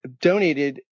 donated